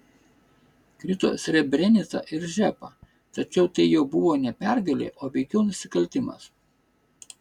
krito srebrenica ir žepa tačiau tai jau buvo ne pergalė o veikiau nusikaltimas